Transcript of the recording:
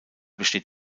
besteht